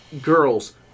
girls